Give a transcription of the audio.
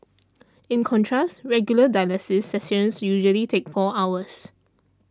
in contrast regular dialysis sessions usually take four hours